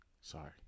Sorry